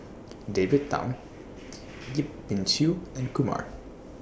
David Tham Yip Pin Xiu and Kumar